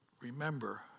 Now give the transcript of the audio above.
remember